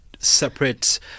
Separate